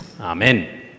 Amen